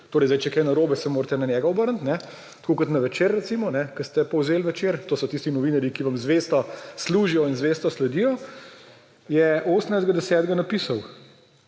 – če je kaj narobe, se morate na njega obrniti, tako kot na Večer recimo, ko ste povzeli Večer, to so tisti novinarji, ki vam zvesto služijo in zvesto sledijo –, je 18. 10. napisal: